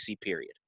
period